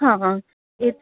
ਹਾਂ ਇਹ